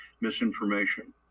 Misinformation